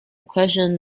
question